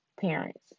parents